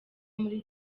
muri